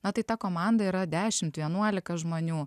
na tai ta komanda yra dešimt vienuolika žmonių